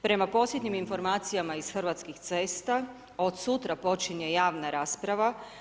Prema posljednjim informacijama iz Hrvatskih cesta od sutra počinje javna rasprava.